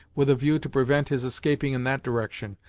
with a view to prevent his escaping in that direction,